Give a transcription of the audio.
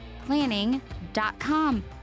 planning.com